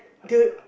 the